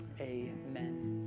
amen